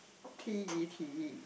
P E T E